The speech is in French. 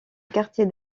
quartier